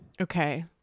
okay